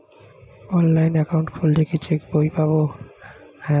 Online account খুললে কি করে চেক বই পাব?